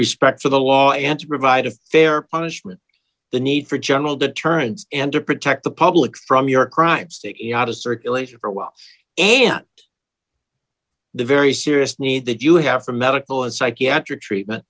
respect for the law and to provide a fair punishment the need for general deterrence and to protect the public from your crime sticky out of circulation for a while aunt the very serious need that you have a medical or psychiatric treatment